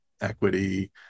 equity